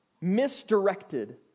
misdirected